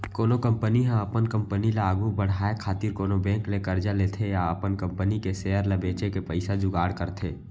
कोनो कंपनी ह अपन कंपनी ल आघु बड़हाय खातिर कोनो बेंक ले करजा लेथे या अपन कंपनी के सेयर ल बेंच के पइसा जुगाड़ करथे